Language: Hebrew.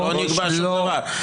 לא, לא נקבע שום דבר.